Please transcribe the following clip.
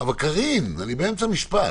קארין, אני באמצע משפט.